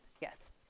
yes